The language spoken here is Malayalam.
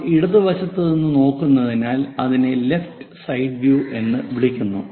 നമ്മൾ ഇടത് വശത്ത് നിന്ന് നോക്കുന്നതിനാൽ അതിനെ ലെഫ്റ്റ് സൈഡ് വ്യൂ എന്ന് വിളിക്കുന്നു